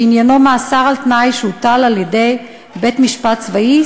שעניינו מאסר על תנאי שהוטל על-ידי בית-משפט צבאי,